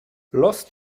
los